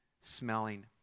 smelling